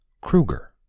Kruger